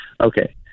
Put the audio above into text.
Okay